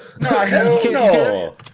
No